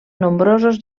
nombrosos